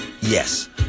Yes